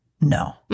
No